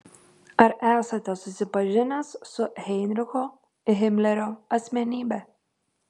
ar esate susipažinęs su heinricho himlerio asmenybe